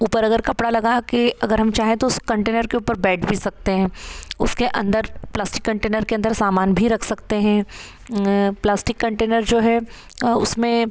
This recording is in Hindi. ऊपर अगर कपड़ा लगा के अगर हम चाहें तो उस कंटेनर के ऊपर बैठ भी सकते हैं उसके अंदर प्लास्टिक कंटेनर के अंदर सामान भी रख सकते हैं प्लास्टिक कंटेनर जो है उसमें